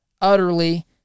utterly